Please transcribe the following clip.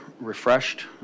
refreshed